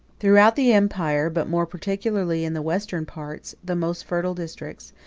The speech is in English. throughout the empire, but more particularly in the western parts, the most fertile districts,